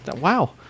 wow